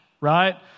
right